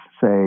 say